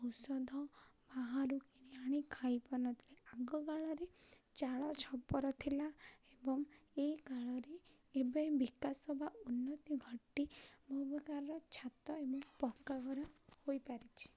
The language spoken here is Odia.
ଔଷଧ ବାହାରୁ କିଣି ଆଣି ଖାଇ ପାରୁନଥିଲେ ଆଗକାଳରେ ଚାଳ ଛପର ଥିଲା ଏବଂ ଏଇ କାଳରେ ଏବେ ବିକାଶ ବା ଉନ୍ନତି ଘଟି ବହୁ ପ୍ରକାରର ଛାତ ଏବଂ ପକ୍କା ଘର ହୋଇପାରିଛି